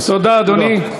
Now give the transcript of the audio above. תודה, אדוני.